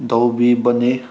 ꯇꯧꯕꯤꯕꯅꯤ